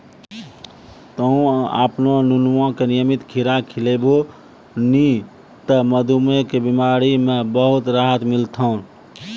तोहॅ आपनो नुनुआ का नियमित खीरा खिलैभो नी त मधुमेह के बिमारी म बहुत राहत मिलथौं